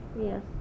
Yes